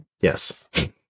Yes